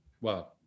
Wow